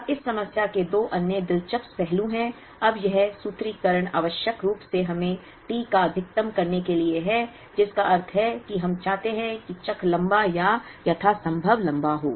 अब इस समस्या के दो अन्य दिलचस्प पहलू हैं अब यह सूत्रीकरण आवश्यक रूप से हमें T को अधिकतम करने के लिए है जिसका अर्थ है कि हम चाहते हैं कि चक्र लंबा या यथासंभव लंबा हो